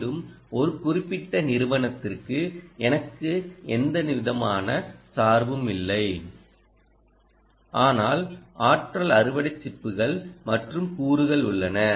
மீண்டும் ஒரு குறிப்பிட்ட நிறுவனத்திற்கு எனக்கு எந்த விதமான சார்பும் இல்லை ஆனால் ஆற்றல் அறுவடை சிப்புகள் மற்றும் கூறுகள் உள்ளன